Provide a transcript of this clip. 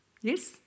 Yes